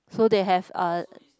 so they have uh